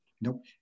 nope